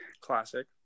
Classic